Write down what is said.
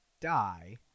die